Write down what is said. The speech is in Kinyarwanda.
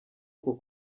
uku